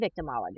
victimology